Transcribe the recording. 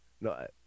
no